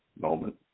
moment